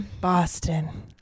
boston